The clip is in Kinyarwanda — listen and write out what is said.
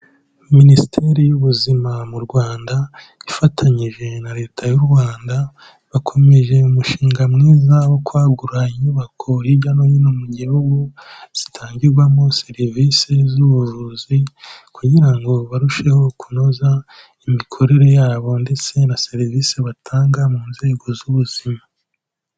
Minisiteri y'Ubuzima mu Rwanda, ifatanyije na Leta y'u Rwanda bakomeje umushinga mwiza wo kwagura inyubako hirya no hino mu gihugu, zitangirwamo serivisi z'ubuvuzi kugira ngo barusheho kunoza imikorere yabo ndetse na serivisi batanga mu nzego z'ubuzima.